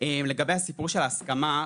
לגבי ההסכמה,